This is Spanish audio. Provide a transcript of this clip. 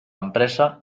empresa